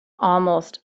almost